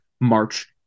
march